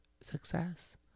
success